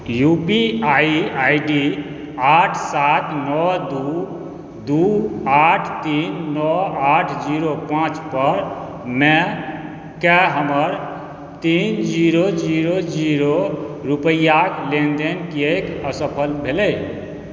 U P I I D आठ सात नओ दू दू आठ तीन नओ आठ जीरो पाँचपर मेके हमर तीन जीरो जीरो जीरो रूपैआक लेनदेन किएक असफल भेलै